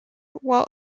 while